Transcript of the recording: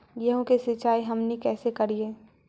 गेहूं के सिंचाई हमनि कैसे कारियय?